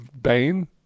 Bane